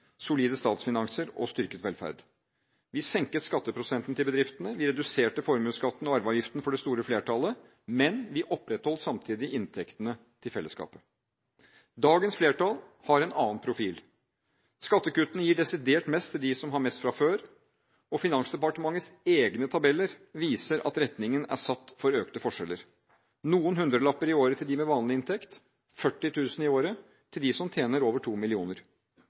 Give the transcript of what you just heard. solide statsfinanser og styrket velferd. Vi senket skatteprosenten til bedriftene, vi reduserte formuesskatten og arveavgiften for det store flertallet, men vi opprettholdt samtidig inntektene til felleskapet. Dagens flertall har en annen profil. Skattekuttene gir desidert mest til dem som har mest fra før, og Finansdepartementets egne tabeller viser at retningen er satt for økte forskjeller: Noen hundrelapper i året til dem med vanlig inntekt, 40 000 kr i året til dem som tjener over to millioner